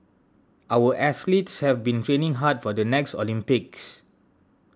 our athletes have been training hard for the next Olympics